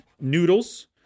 noodles